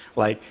like,